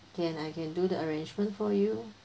can I can do the arrangement for you